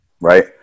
right